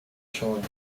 schon